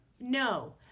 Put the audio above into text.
No